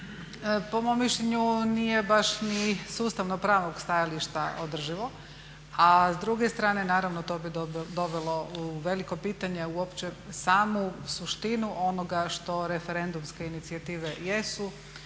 Po mom mišljenju nije baš ni sa ustavno-pravnog stajališta održivo, a s druge strane naravno to bi dovelo u veliko pitanje uopće samu suštinu onoga što referendumske inicijative jesu,